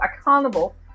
accountable